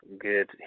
good